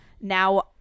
now